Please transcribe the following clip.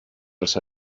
els